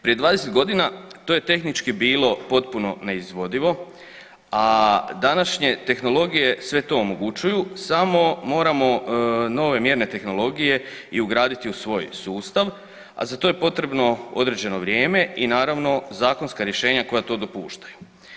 Prije 20.g. to je tehnički bilo potpuno neizvodivo, a današnje tehnologije sve to omogućuju samo moramo nove mjerne tehnologije i ugraditi u svoj sustav, a za to je potrebno određeno vrijeme i naravno zakonska rješenja koja to dopuštaju.